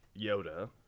Yoda